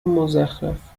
مزخرف